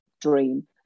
Dream